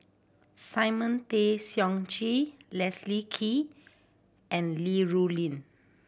Simon Tay Seong Chee Leslie Kee and Li Rulin